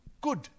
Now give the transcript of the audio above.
good